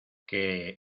que